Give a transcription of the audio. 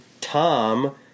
Tom